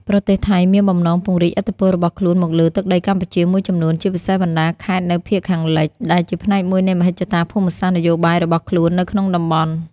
ប្រទេសថៃមានបំណងពង្រីកឥទ្ធិពលរបស់ខ្លួនមកលើទឹកដីកម្ពុជាមួយចំនួន ជាពិសេសបណ្តាខេត្តនៅភាគខាងលិច ដែលជាផ្នែកមួយនៃមហិច្ឆតាភូមិសាស្ត្រនយោបាយរបស់ខ្លួននៅក្នុងតំបន់។